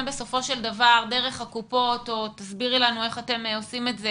בסופו של דבר דרך הקופות - או תסבירי לנו איך אתם עושים את זה